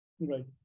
right